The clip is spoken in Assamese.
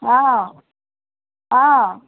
অঁ অঁ